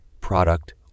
product